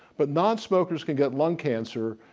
but non-smokers can get lung cancer,